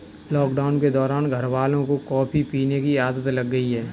lockdown के दौरान घरवालों को कॉफी पीने की आदत लग गई